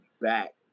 back